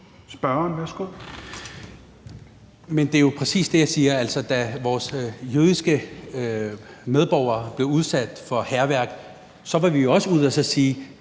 Siddique (UFG): Men det er jo præcis det, jeg siger. Altså, da vores jødiske medborgere oplevede hærværk, var vi jo også ude at sige: